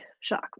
shock